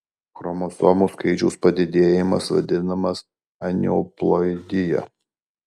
chromosomų skaičiaus padidėjimas vadinamas aneuploidija